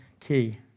key